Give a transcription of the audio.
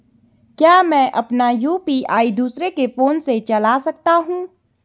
क्या मैं अपना यु.पी.आई दूसरे के फोन से चला सकता हूँ?